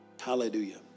Hallelujah